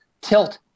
tilt